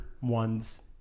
ones